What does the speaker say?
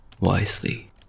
wisely